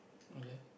okay